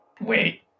Wait